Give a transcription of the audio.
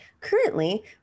currently